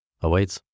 awaits